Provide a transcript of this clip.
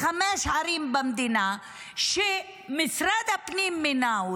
בחמש ערים במדינה שמשרד הפנים מינה,